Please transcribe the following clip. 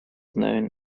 known